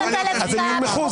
הם יונמכו,